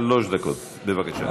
שלוש דקות, בבקשה.